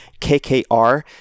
KKR